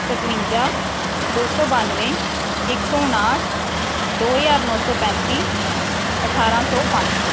ਸਤਵੰਜਾ ਦੋ ਸੌ ਬਾਨ੍ਹਵੇਂ ਇੱਕ ਸੌ ਉਣਾਹਠ ਦੋ ਹਜ਼ਾਰ ਨੌ ਸੌ ਪੈਂਤੀ ਅਠਾਰਾਂ ਸੌ ਪੰਜ